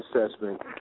assessment